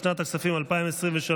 לשנת הכספים 2023,